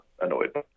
annoyed